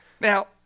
Now